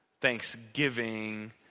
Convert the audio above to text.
Thanksgiving